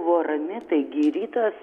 buvo rami taigi rytas